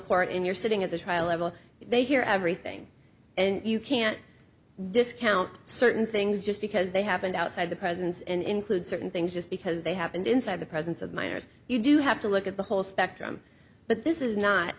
court and you're sitting at the trial level they hear everything and you can't discount certain things just because they happened outside the presence and include certain things just because they happened inside the presence of minors you do have to look at the whole spectrum but this is not